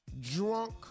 drunk